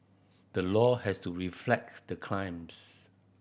the law has to reflect the crimes